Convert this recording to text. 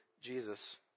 Jesus